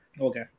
Okay